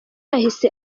yahise